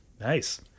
Nice